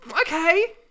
Okay